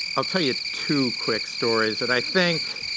i'll tell you two quick stories that i think